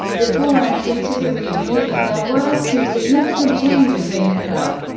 before entry to the regionalliga, there were two significant changes in the club.